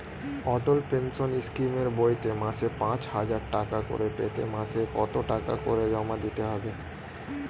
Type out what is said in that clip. অটল pension স্কিমের বইতে মাসে পাঁচ হাজার টাকা করে পেতে মাসে কত টাকা করে জমা দিতে হবে?